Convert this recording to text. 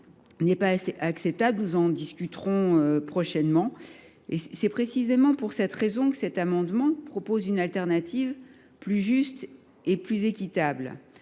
n’est pas acceptable, comme nous en discuterons prochainement. C’est précisément pour cette raison que cet amendement offre une solution plus juste et plus équitable